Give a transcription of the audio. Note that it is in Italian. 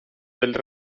delle